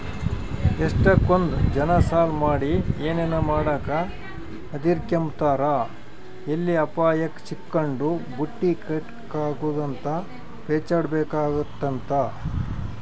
ಎಷ್ಟಕೊಂದ್ ಜನ ಸಾಲ ಮಾಡಿ ಏನನ ಮಾಡಾಕ ಹದಿರ್ಕೆಂಬ್ತಾರ ಎಲ್ಲಿ ಅಪಾಯುಕ್ ಸಿಕ್ಕಂಡು ಬಟ್ಟಿ ಕಟ್ಟಕಾಗುದಂಗ ಪೇಚಾಡ್ಬೇಕಾತ್ತಂತ